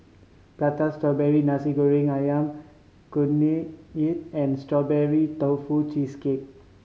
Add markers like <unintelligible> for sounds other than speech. Prata Strawberry Nasi Goreng Ayam Kunyit <unintelligible> and Strawberry Tofu Cheesecake